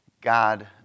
God